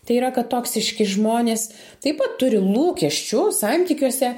tai yra kad toksiški žmonės taip pat turi lūkesčių santykiuose